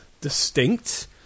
distinct